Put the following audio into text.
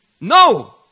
No